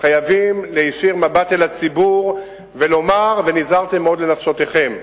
חייבים להישיר מבט אל הציבור ולומר: ונזהרתם מאוד לנפשותיכם.